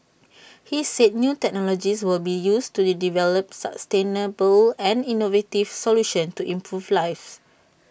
he said new technologies will be used to develop sustainable and innovative solutions to improve lives